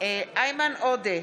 איימן עודה,